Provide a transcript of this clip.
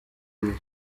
bihe